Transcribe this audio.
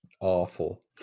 awful